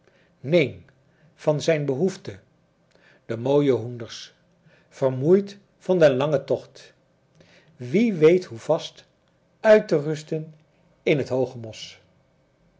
neen van zijn behoefte de mooie hoenders vermoeid van den langen tocht wie weet hoe vast uit te rusten in het hooge mos